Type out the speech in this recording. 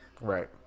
right